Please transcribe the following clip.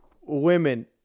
women